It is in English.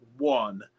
One